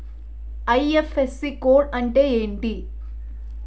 IFSC code అంటే ఏంటి?